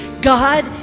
God